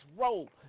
roll